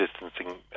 distancing